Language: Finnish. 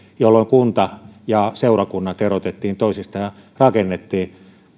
jolloin kunta ja seurakunnat erotettiin toisistaan ja rakennettiin